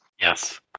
Yes